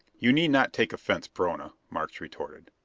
you need not take offense, perona, markes retorted.